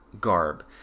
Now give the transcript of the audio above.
garb